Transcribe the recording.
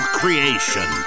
creation